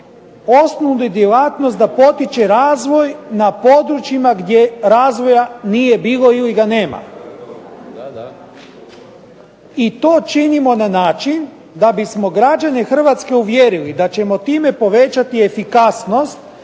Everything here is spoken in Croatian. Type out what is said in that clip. osnovnu djelatnost da potiče razvoj na područjima gdje razvoja nije bilo ili ga nema, i to činimo na način da bismo građane Hrvatske uvjerili da ćemo time povećati efikasnost